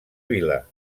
vila